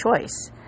choice